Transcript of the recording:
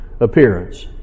Appearance